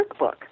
workbook